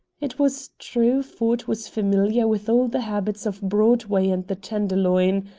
it was true ford was familiar with all the habits of broadway and the tenderloin.